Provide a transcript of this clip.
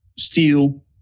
steel